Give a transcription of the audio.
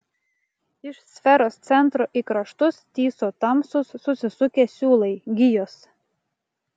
iš sferos centro į kraštus tįso tamsūs susisukę siūlai gijos